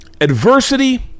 Adversity